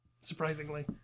surprisingly